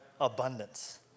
abundance